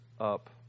up